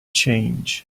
change